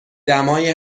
دمای